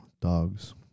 Dogs